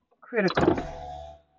critical